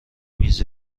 میز